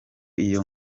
iyo